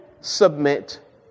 submit